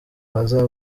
bazaba